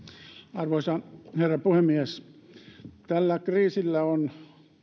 arvoisa herra puhemies tällä kriisillä on